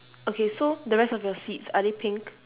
okay so the rest of your seats are they pink